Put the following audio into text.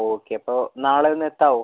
okay അപ്പോൾ നാളെ ഒന്ന് എത്താവോ